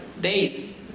days